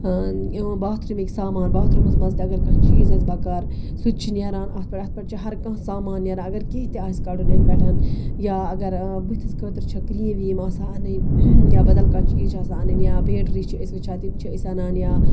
یِم باتھروٗمٕکۍ سامان باتھروٗمَس مَنٛز تہِ اگر کانٛہہ چیٖز آسہِ بَکار سُہ تہِ چھُ نیران اَتھ پٮ۪ٹھ اَتھ پٮ۪ٹھ چھُ ہر کانٛہہ سامان نیران اَگر کینٛہہ تہِ آسہِ کَڑُن اَمہِ پٮ۪ٹھ یا اَگر بٕتھِس خٲطرٕ چھِ کریٖم ویٖم آسان اَنٕنۍ یا بَدَل کانٛہہ چیٖز چھِ آسان اَنٕنۍ یا بیٹری چھِ أسۍ وٕچھان تِم چھِ أسۍ اَنان یا